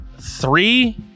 three